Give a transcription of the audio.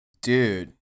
dude